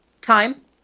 Time